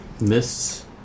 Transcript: Mists